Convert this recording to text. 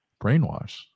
Brainwash